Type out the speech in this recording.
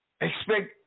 Expect